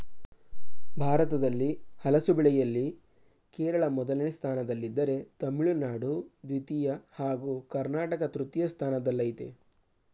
ಭಾರತದಲ್ಲಿ ಹಲಸು ಬೆಳೆಯಲ್ಲಿ ಕೇರಳ ಮೊದಲ ಸ್ಥಾನದಲ್ಲಿದ್ದರೆ ತಮಿಳುನಾಡು ದ್ವಿತೀಯ ಹಾಗೂ ಕರ್ನಾಟಕ ತೃತೀಯ ಸ್ಥಾನದಲ್ಲಯ್ತೆ